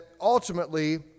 ultimately